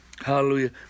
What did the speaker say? hallelujah